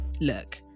Look